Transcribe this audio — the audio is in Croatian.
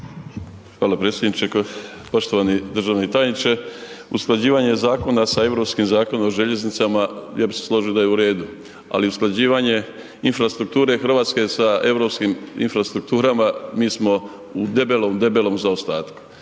Hvala predsjedniče, poštovani državni tajniče. Usklađivanje zakona sa Europskim zakonom o željeznicama, ja bi se složio da je u redu, ali usklađivanje infrastrukture Hrvatske, sa europskim infrastrukturama, mi smo u debelom, debelom